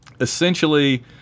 Essentially